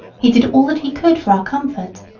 he did all that he could for our comfort.